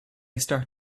start